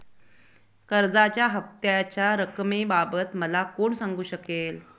कर्जाच्या हफ्त्याच्या रक्कमेबाबत मला कोण सांगू शकेल?